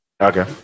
Okay